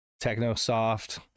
TechnoSoft